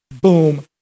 boom